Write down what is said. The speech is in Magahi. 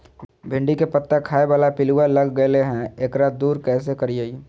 भिंडी के पत्ता खाए बाला पिलुवा लग गेलै हैं, एकरा दूर कैसे करियय?